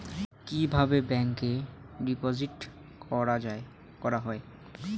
কিভাবে ব্যাংকে ডিপোজিট করা হয়?